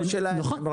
לא שלהם.